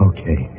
Okay